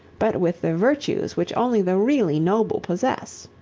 but with the virtues which only the really noble possess.